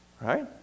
right